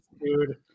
dude